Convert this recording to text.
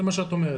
זה מה שאת אומרת.